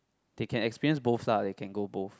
they can experience both lah they can go both